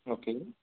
okay